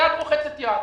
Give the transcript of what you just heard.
שיש יד רוחצת יד.